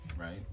right